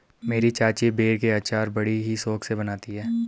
मेरी चाची बेर के अचार बड़ी ही शौक से बनाती है